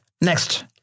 next